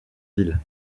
ville